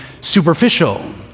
superficial